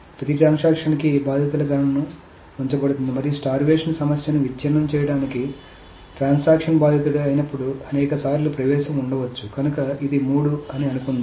ప్రతి ట్రాన్సాక్షన్ కి బాధితుల గణన ఉంచబడుతుంది మరియు స్టార్వేషన్ సమస్యను విచ్ఛిన్నం చేయడానికి ట్రాన్సాక్షన్ బాధితుడు అయినప్పుడు అనేక సార్లు ప్రవేశం ఉండవచ్చు కనుక ఇది మూడు అని అనుకుందాం